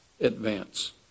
advance